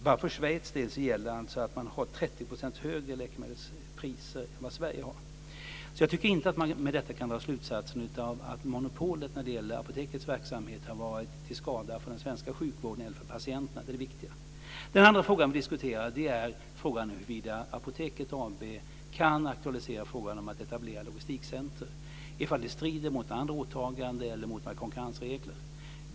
Bara för Schweiz del gäller att man har 30 % högre läkemedelspriser än vad Sverige har. Jag tycker inte att man med detta kan dra slutsatsen att monopolet när det gäller Apotekets verksamhet har varit till skada för den svenska sjukvården eller för patienterna. Det är det viktiga. Den andra frågan vi diskuterar är huruvida Apoteket AB kan aktualisera frågan om att etablera logistikcentrum, om det strider mot andra åtaganden eller mot några konkurrensregler.